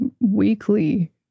weekly